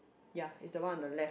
ya is the one on the left